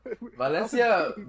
Valencia